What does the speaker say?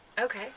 Okay